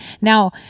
Now